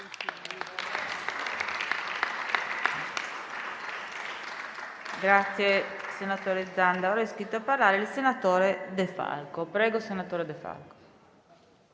Grazie